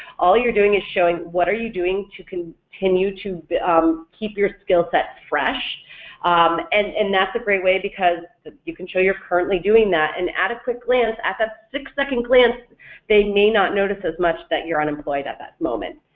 all you're doing is showing what are you doing to continue to um keep your skillsets fresh and and way way because you can show you're currently doing that and at a quick glance at that six second glance they may not notice as much that you're unemployed at that moment.